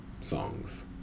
Songs